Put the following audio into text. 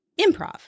improv